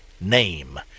name